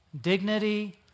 dignity